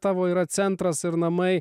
tavo yra centras ir namai